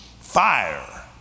fire